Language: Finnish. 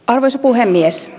arvoisa puhemies